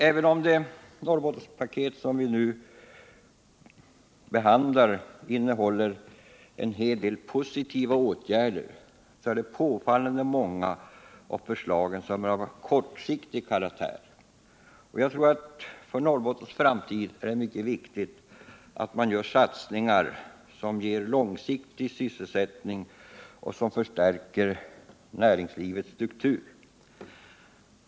Även om det s.k. Norrbottenspaketet, som vi nu behandlar, innehåller en hel del positiva åtgärder, är påfallande många av förslagen av kortsiktig karaktär. Det är mycket viktigt för Norrbottens framtid att satsningar görs som ger långsiktig sysselsättning och som förstärker näringslivets struktur.